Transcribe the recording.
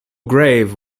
grave